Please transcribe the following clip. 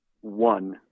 one